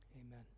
Amen